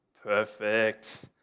Perfect